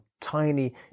tiny